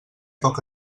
poc